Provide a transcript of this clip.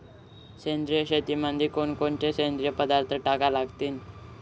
सेंद्रिय शेतीमंदी कोनकोनचे सेंद्रिय पदार्थ टाका लागतीन?